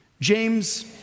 James